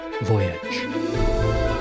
voyage